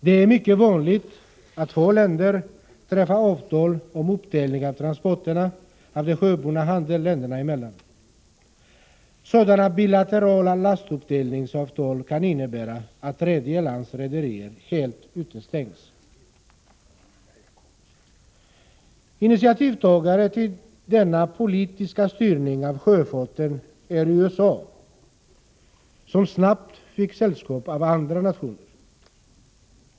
Det är mycket vanligt att två länder träffar avtal om uppdelning av transporterna av den sjöburna handeln länderna emellan. Sådana bilaterala lastuppdelningsavtal kan innebära att tredje lands rederier helt utestängs. Initiativtagare till denna politiska styrning av sjöfarten är USA, som snabbt fick sällskap av andra nationer.